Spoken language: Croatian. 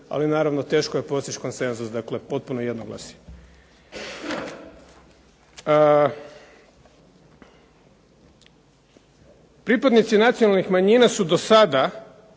ali naravno teško je postići konsenzus, dakle potpuno jednoglasje. Pripadnici nacionalnih manjina su do sada